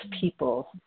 people